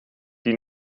die